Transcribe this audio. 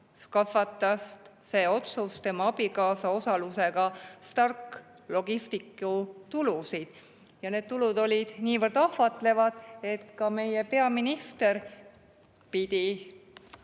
kasvatas see otsus tema abikaasa osalusega Stark Logisticsi tulusid. Need tulud olid niivõrd ahvatlevad, et ka meie peaminister pidi